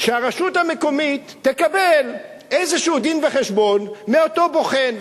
שהרשות המקומית תקבל איזה דין-וחשבון מאותו בוחן.